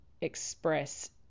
express